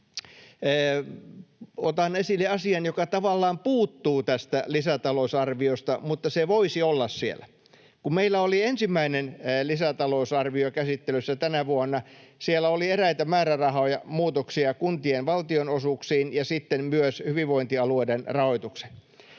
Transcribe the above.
otan esille asian, joka tavallaan puuttuu tästä lisätalousarviosta mutta joka voisi olla siellä. Kun meillä oli ensimmäinen lisätalousarvio käsittelyssä tänä vuonna, siellä oli eräitä määrärahamuutoksia kuntien valtionosuuksiin ja sitten myös hyvinvointialueiden rahoitukseen.